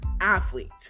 athlete